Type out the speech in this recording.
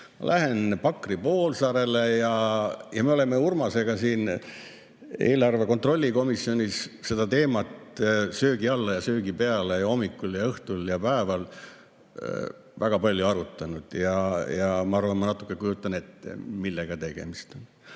Lähen Pakri poolsaarele. Me oleme Urmasega siin riigieelarve kontrolli erikomisjonis seda teemat söögi alla ja söögi peale, hommikul, õhtul ja päeval väga palju arutanud. Ma arvan, et ma natuke kujutan ette, millega on tegemist.